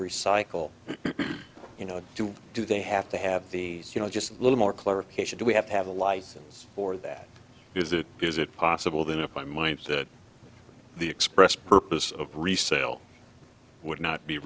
recycle you know do we do they have to have the you know just a little more clarification do we have to have a license for that is it is it possible that if i mind that the express purpose of resale would not be